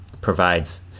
provides